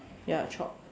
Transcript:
ya chopped